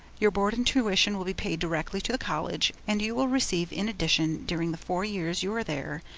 your board and tuition will be paid directly to the college, and you will receive in addition during the four years you are there,